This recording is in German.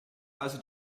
also